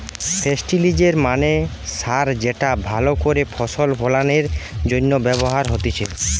ফেস্টিলিজের মানে সার যেটা ভালো করে ফসল ফলনের জন্য ব্যবহার হতিছে